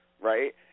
right